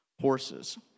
horses